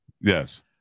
Yes